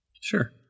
Sure